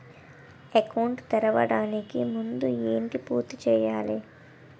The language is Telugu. అకౌంట్ తెరవడానికి ముందు ఏంటి పూర్తి చేయాలి?